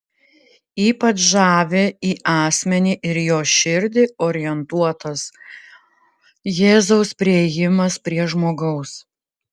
ypač žavi į asmenį ir jo širdį orientuotas jėzaus priėjimas prie žmogaus